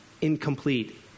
Incomplete